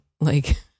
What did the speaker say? like-